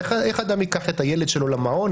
איך אדם ייקח את הילד שלו למעון,